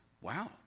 wow